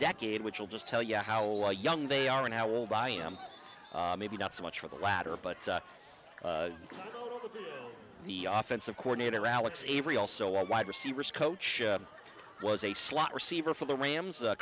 decade which will just tell you how young they are and how old i am maybe not so much for the latter but with the offensive coordinator alex avery also wide receivers coach was a slot receiver for the rams